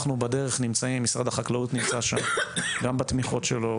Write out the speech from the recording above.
אבל משרד החקלאות נמצא שם גם בתמיכות שלו,